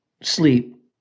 sleep